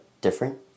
different